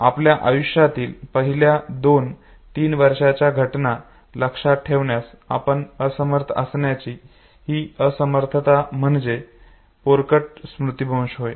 आपल्या आयुष्यातील पहिल्या दोन तीन वर्षांच्या घटना लक्षात ठेवण्यास आपण असमर्थ असण्याची ही असमर्थता म्हणजे पोरकट स्मृतीभ्रंश होय